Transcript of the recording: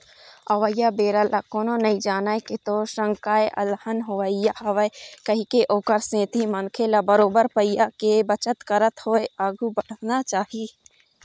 अवइया बेरा ल कोनो नइ जानय के तोर संग काय अलहन होवइया हवय कहिके ओखर सेती मनखे ल बरोबर पइया के बचत करत होय आघु बड़हना चाही